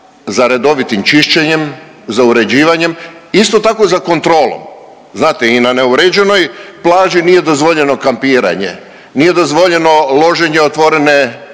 za redovitim čišćenjem, za uređivanjem isto tako za kontrolom. Znate i na neuređenoj plaži nije dozvoljeno kampiranje, nije dozvoljeno loženje otvorene